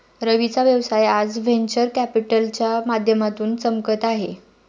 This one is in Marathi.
रवीचा व्यवसाय आज व्हेंचर कॅपिटलच्या माध्यमातून चमकत आहे